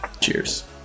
Cheers